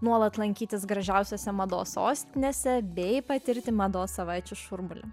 nuolat lankytis gražiausiuose mados sostinėse bei patirti mados savaičių šurmulį